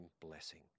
blessing